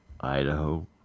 Idaho